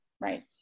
right